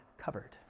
covered